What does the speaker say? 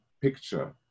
picture